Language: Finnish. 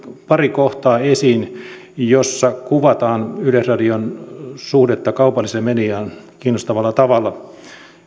pari kohtaa esiin joissa kuvataan yleisradion suhdetta kaupalliseen mediaan kiinnostavalla tavalla